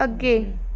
ਅੱਗੇ